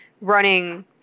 running